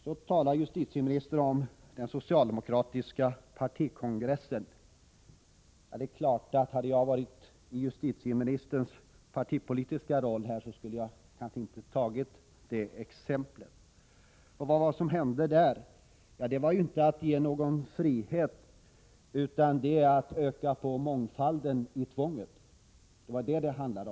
Så talar justitieministern om den socialdemokratiska partikongressen. Om jag hade haft justitieministerns partipolitiska roll hade jag kanske inte tagit det exemplet. Vad som hände där var inte att ge någon frihet utan det var att öka på mångfalden i tvånget.